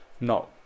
No